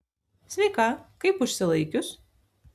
sveika kaip užsilaikius